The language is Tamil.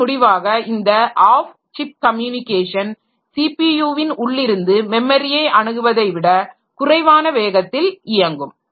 இதன் முடிவாக இந்த ஆஃப் சிப் கம்யூனிகேஷன் சிபியுவின் உள்ளிருந்து மெமரியை அணுகுவதை விட குறைவான வேகத்தில் இயங்கும்